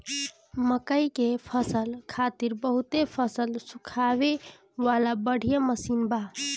मकई के फसल खातिर बहुते फसल सुखावे वाला बढ़िया मशीन बा